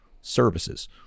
services